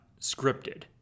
scripted